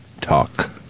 Talk